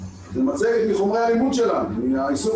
זה מצגת מחומרי הלימוד שלנו ומהעיסוק